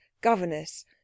Governess